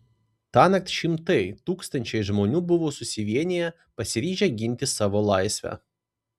tąnakt šimtai tūkstančiai žmonių buvo susivieniję pasiryžę ginti savo laisvę